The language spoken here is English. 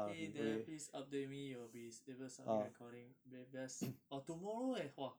!hey! there please update me your bes~ if your submit recording be~ best orh tomorrow eh !wah!